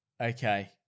Okay